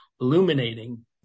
illuminating